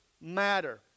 matter